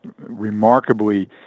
remarkably